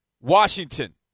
Washington